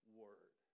word